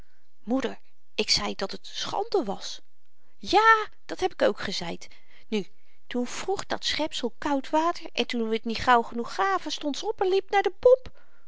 moeder ik zei dat het schande was ja dat heb ik ook gezeid nu toen vroeg dat schepsel koud water en toen we t niet gauw genoeg gaven stond ze op en liep naar de pomp